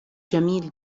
جميل